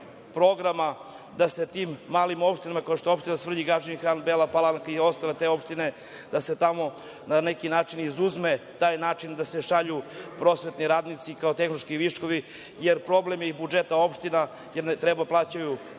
da se tim malim opštinama kao što je opština Svrljig, Gadžin Han, Bela Palanka i ostale te opštine, da se tamo na neki način izuzme taj način da se šalju prosvetni radnici kao tehnološki viškovi, jer problem je i budžeta opština, jer treba da plaćaju